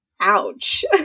ouch